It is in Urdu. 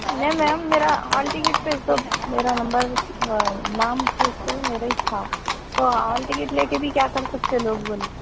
نہیں میم میرا ہال ٹکٹ پہ سب میرا نمبر نام فوٹو میرا ہی تھا تو ہال ٹکٹ لے کے بھی کیا کر سکتے لوگ بولے